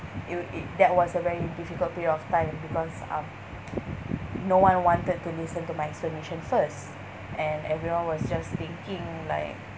you that was a very difficult period of time because um no one wanted to listen to my explanation first and everyone was just thinking like